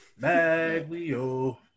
Maglio